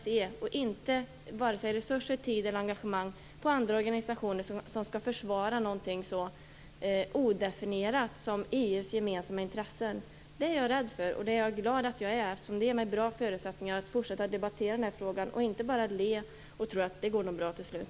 Satsa inte vare sig resurser, tid eller engagemang på andra organisationer som skall försvara någonting så odefinierat som EU:s gemensamma intressen. Det är jag rädd för, och det är jag glad för att jag är, eftersom det ger mig bra förutsättningar att fortsätta debattera frågan, och inte bara le och tro att det nog går bra till slut.